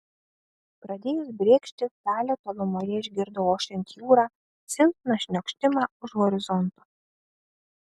pradėjus brėkšti talė tolumoje išgirdo ošiant jūrą silpną šniokštimą už horizonto